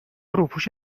روپوش